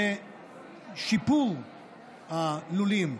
לשיפור הלולים,